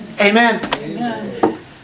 Amen